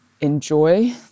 enjoy